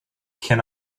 can